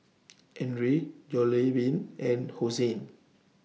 Andre Jollibean and Hosen